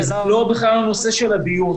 וזה לא בכלל הנושא של הדיון.